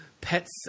pets